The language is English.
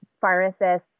pharmacist's